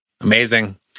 Amazing